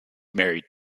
married